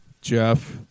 Jeff